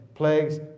plagues